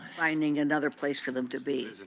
finding another place for them to be.